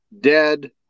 Dead